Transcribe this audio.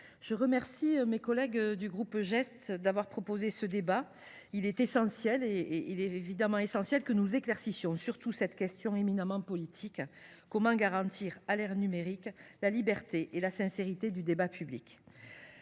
je remercie mes collègues du groupe GEST d’avoir proposé ce débat. Il est essentiel que nous éclaircissions cette question éminemment politique : comment garantir, à l’ère numérique, la liberté et la sincérité du débat public ?